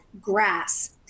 grass